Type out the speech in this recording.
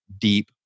deep